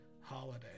holiday